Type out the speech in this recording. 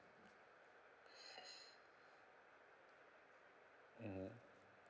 mmhmm